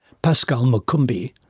pascoal macoumbi,